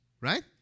Right